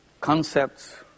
concepts